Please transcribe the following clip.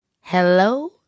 Hello